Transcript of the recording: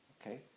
Okay